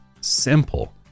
simple